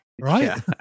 right